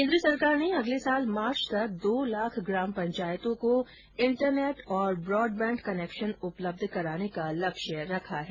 केन्द्र सरकार ने अगले साल मार्च तक दो लाख ग्राम पंचायतों को इंटरनेट और ब्रॉडबैंड कनेक्शन उपलब्ध कराने का लक्ष्य रखा है